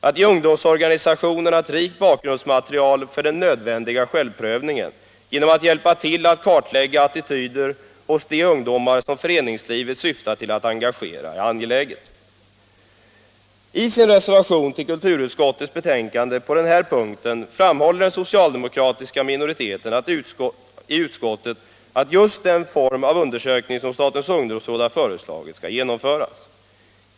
Att ge ungdomsorganisationerna ett rikt bakgrundsmaterial för den nödvändiga självprövningen — genom att hjälpa till att kartlägga attityder hos de ungdomar som föreningsverksamheten syftar till att engagera — är angeläget. I sin reservation till kulturutskottets betänkande på denna punkt framhåller den socialdemokratiska minoriteten i utskottet att just den form av undersökning som statens ungdomsråd har föreslagit skall genomföras.